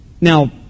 Now